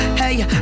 hey